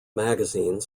magazine